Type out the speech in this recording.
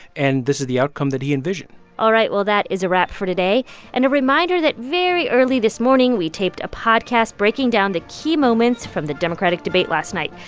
and this is the outcome that he envisioned all right. well, that is a wrap for today and a reminder that very early this morning, we taped a podcast breaking down the key moments from the democratic debate last night.